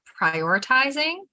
prioritizing